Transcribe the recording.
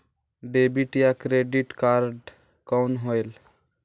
Debit या credit card कौन होएल?